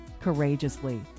courageously